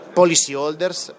policyholders